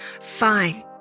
Fine